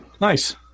Nice